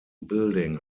building